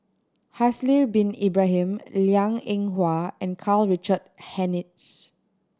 Haslir Bin Ibrahim Liang Eng Hwa and Karl Richard Hanitsch